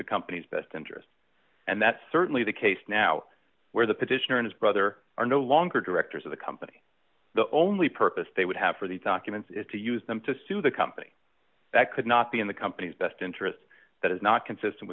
the company's best interest and that's certainly the case now where the petitioners brother are no longer directors of the company the only purpose they would have for these documents is to use them to sue the company that could not be in the company's best interests that is not consistent